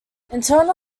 internal